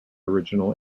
original